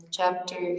Chapter